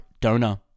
donor